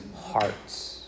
hearts